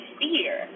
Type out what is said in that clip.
fear